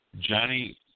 Johnny